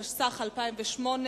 התשס"ח-2008,